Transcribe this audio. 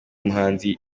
muhanzi